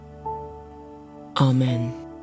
Amen